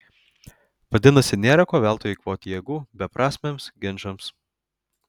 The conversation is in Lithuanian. vadinasi nėra ko veltui eikvoti jėgų beprasmiams ginčams